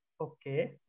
Okay